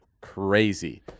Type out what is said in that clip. crazy